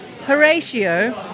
Horatio